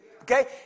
Okay